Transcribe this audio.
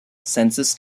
census